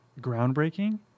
groundbreaking